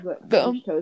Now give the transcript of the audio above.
Boom